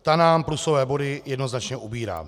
Ta nám plusové body jednoznačně ubírá.